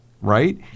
Right